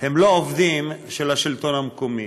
הם לא עובדים של השלטון המקומי.